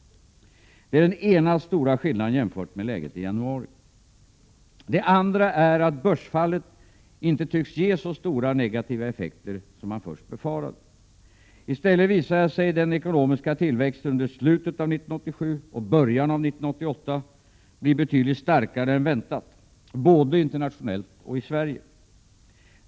Det är den ena stora skillnaden jämfört med läget i januari. Den andra är att börsfallet inte tycks ge så stora negativa effekter som man först befarade. I stället visade sig den ekonomiska tillväxten i slutet av 1987 och början av 1988 bli betydligt starkare än väntat, både internationellt och i Sverige.